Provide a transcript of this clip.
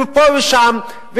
ופה ושם,